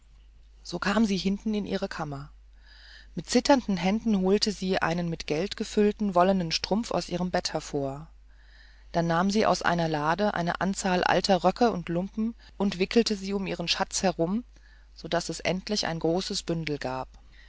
so kam sie hinten in ihre kammer mit zitternden händen holte sie einen mit geld gefällten strumpf aus ihrem bett hervor dann nahm sie aus einer lade eine anzahl alter röcke und lumpen und wickelte sie um ihren schatz herum so daß es endlich ein großes bündel gab